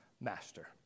master